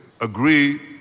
agree